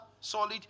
solid